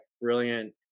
brilliant